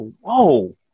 whoa